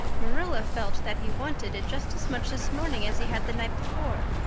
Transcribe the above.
marilla felt that he wanted it just as much this morning as he had the night before,